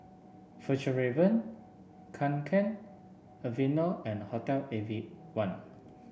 Fjallraven Kanken Aveeno and Hotel one